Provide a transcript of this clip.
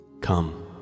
Come